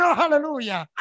hallelujah